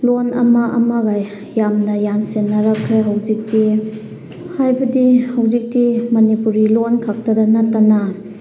ꯂꯣꯟ ꯑꯃ ꯑꯃꯒ ꯌꯥꯝꯅ ꯌꯥꯟꯁꯤꯟꯅꯔꯛꯈ꯭ꯔꯦ ꯍꯧꯖꯤꯛꯇꯤ ꯍꯥꯏꯕꯗꯤ ꯍꯧꯖꯤꯛꯇꯤ ꯃꯅꯤꯄꯨꯔꯤ ꯂꯣꯟ ꯈꯛꯇꯗ ꯅꯠꯇꯅ